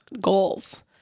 goals